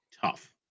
tough